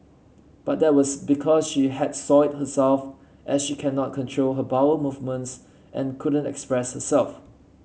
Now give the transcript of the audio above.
but that was because she had soiled herself as she cannot control her bowel movements and couldn't express herself